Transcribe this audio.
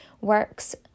works